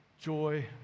joy